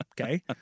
Okay